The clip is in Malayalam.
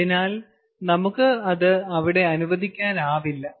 അതിനാൽ നമുക്ക് അത് അവിടെ അനുവദിക്കാനാവില്ല